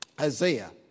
Isaiah